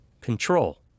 control